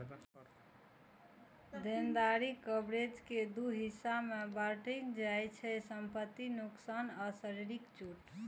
देनदारी कवरेज कें दू हिस्सा मे बांटल जाइ छै, संपत्तिक नोकसान आ शारीरिक चोट